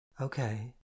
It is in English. Okay